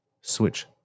switch